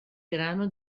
grano